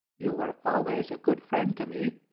you were always a good friend to me,